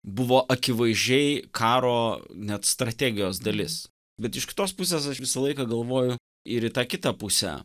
buvo akivaizdžiai karo net strategijos dalis bet iš kitos pusės aš visą laiką galvoju ir į tą kitą pusę